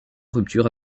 rupture